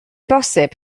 bosib